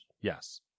Yes